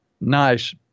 nice